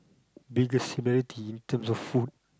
biggest similarity in terms of food